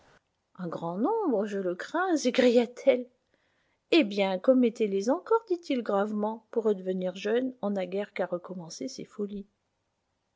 un grand nombre je le crains s'écria-t-elle eh bien commettez les encore dit-il gravement pour redevenir jeune on n'a guère qu'à recommencer ses folies